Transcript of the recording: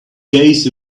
days